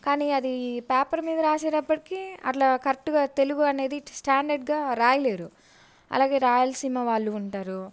కానీ అది పేపర్ మీద రాసేటప్పటికి అట్లా కరెక్ట్గా తెలుగు అనేది స్టాండర్డ్గా రాయలేరు అలాగే రాయలసీమ వాళ్ళు ఉంటారు